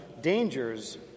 dangers